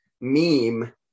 meme